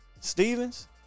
Stevens